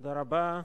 תודה רבה.